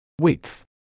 Width